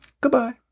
Goodbye